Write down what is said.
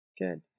Good